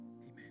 Amen